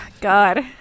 God